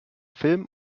film